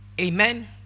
Amen